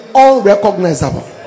unrecognizable